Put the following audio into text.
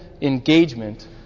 engagement